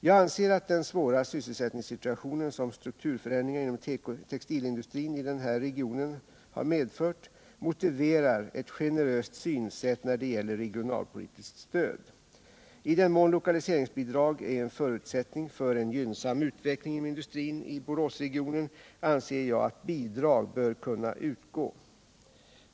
Jag anser att den svåra sysselsättningssituation som strukturförändringarna inom textilindustrin i den här regionen har medfört motiverar ett generöst synsätt när det gäller regionalpolitiskt stöd. I den mån lokaliseringsbidrag är en förutsättning för en gynnsam utveckling inom industrin i Boråsregionen anser jag att bidrag bör kunna utgå.